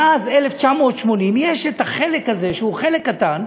מאז 1980, יש החלק הזה, שהוא חלק קטן,